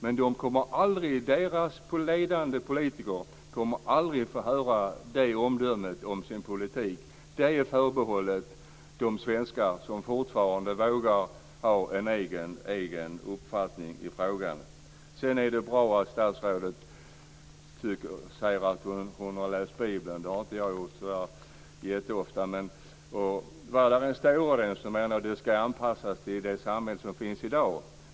Men deras ledande politiker kommer aldrig att få höra det omdömet om sin politik. Det är förbehållet de svenskar som fortfarande vågar ha en egen uppfattning i frågan. Det är bra att statsrådet har läst Bibeln. Det har inte jag gjort så ofta. Vad som än står i den menar jag att det ska anpassas till det samhälle som finns i dag.